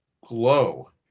glow